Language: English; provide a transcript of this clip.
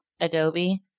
Adobe